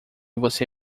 você